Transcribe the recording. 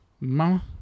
Mama